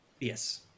Yes